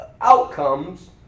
outcomes